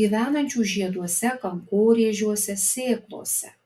gyvenančių žieduose kankorėžiuose sėklose